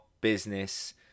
Business